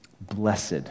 blessed